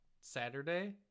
saturday